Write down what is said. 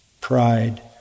pride